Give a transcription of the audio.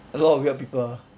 a lot of weird people